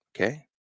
okay